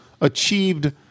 achieved